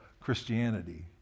Christianity